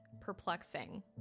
perplexing